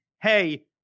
hey